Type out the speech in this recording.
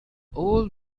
old